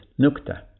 Nukta